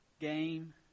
game